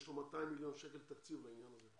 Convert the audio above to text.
יש לו תקציב בסך 200 מיליון תקציב לנושא הזה.